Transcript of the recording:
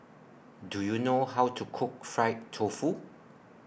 Do YOU know How to Cook Fried Tofu